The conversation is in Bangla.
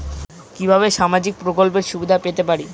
কিভাবে সামাজিক প্রকল্পের সুবিধা পেতে পারি?